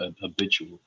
habitual